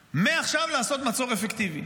מעכשיו, לעשות מצור אפקטיבי.